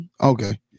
Okay